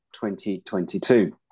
2022